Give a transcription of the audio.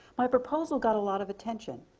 my proposal got a lot of attention.